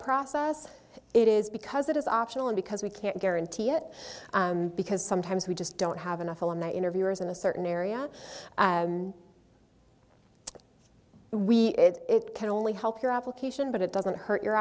process it is because it is optional and because we can't guarantee it because sometimes we just don't have enough alumni interviewers in a certain area we it can only help your application but it doesn't hurt your